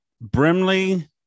Brimley